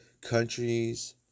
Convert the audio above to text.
countries